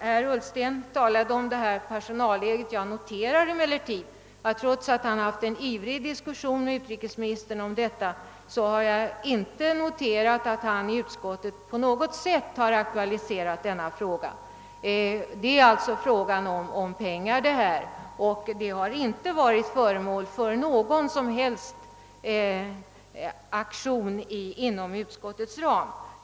Herr Ullsten berörde personalläget i SIDA. Jag noterar emellertid att han, trots att han tidigare fört en livlig diskussion med utrikesministern om detta, inte på något sätt i utskottet aktualiserat denna fråga. Det är här fråga om pengar, och saken har inte varit föremål för någon som helst aktion inom utskottet.